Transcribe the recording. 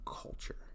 culture